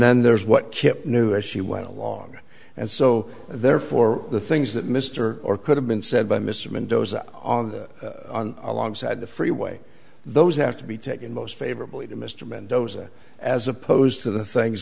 then there's what kip knew as she went along and so therefore the things that mr or could have been said by mr mendoza on alongside the freeway those have to be taken most favorably to mr mendoza as opposed to the things